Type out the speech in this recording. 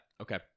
Okay